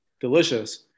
Delicious